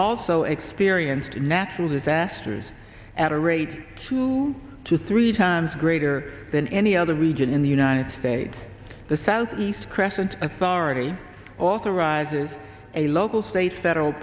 also experienced natural disasters at a rate two to three times greater than any other region in the united states the southeast crescent authority authorizes a local state federal